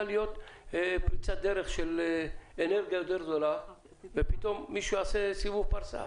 להיות פריצת דרך של אנרגיה יותר זולה ופתאום מישהו יעשה סיבוב פרסה.